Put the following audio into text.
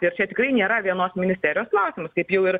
ir čia tikrai nėra vienos ministerijos klausimas kaip jau ir